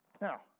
Now